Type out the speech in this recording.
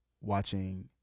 watching